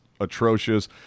atrocious